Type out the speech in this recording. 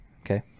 Okay